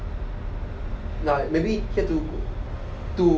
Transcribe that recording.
like maybe here to to